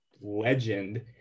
legend